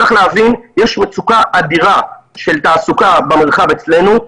צריך להבין שיש מצוקה אדירה של תעסוקה במרחב אצלנו.